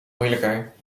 moeilijker